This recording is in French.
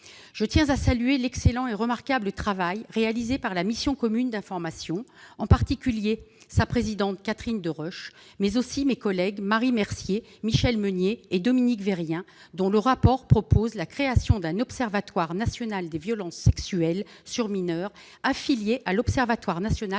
Je tiens à saluer l'excellent et remarquable travail réalisé par la mission commune d'information, en particulier par sa présidente, Catherine Deroche, ainsi que par nos collègues Marie Mercier, Michelle Meunier et Dominique Vérien, dont le rapport propose la création d'un observatoire national des violences sexuelles sur mineurs, affilié à l'Observatoire national